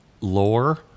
lore